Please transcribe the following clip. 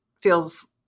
feels